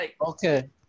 Okay